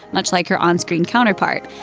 much like her on-screen counterpart.